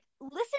listen